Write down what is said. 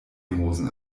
hosen